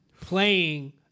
playing